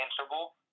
answerable